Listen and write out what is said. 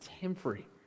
temporary